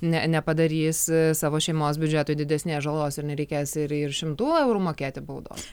ne nepadarys savo šeimos biudžetui didesnės žalos ir nereikės ir ir šimtų eurų mokėti baudos